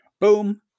Boom